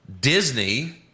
Disney